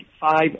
five